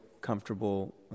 comfortable